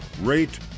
rate